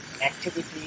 Activity